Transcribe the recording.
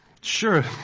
Sure